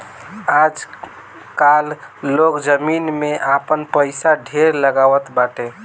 आजकाल लोग जमीन में आपन पईसा ढेर लगावत बाटे